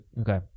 Okay